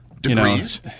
Degrees